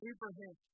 Abraham